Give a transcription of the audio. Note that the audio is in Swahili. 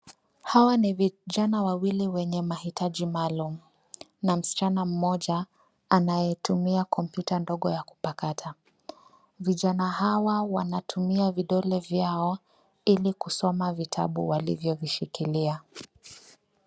Hawa ni vijana wawili wenye mahitaji maalum na msichana mmoja anayetumia kompyuta dogo ya kupakata. Vijana hawa wanatumia vidole vyao ili kusoma vitabu walivyovishikilia.